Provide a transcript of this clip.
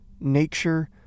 nature